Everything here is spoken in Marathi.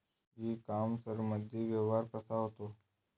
इ कामर्समंदी व्यवहार कसा होते?